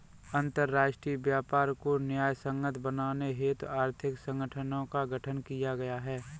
अंतरराष्ट्रीय व्यापार को न्यायसंगत बनाने हेतु आर्थिक संगठनों का गठन किया गया है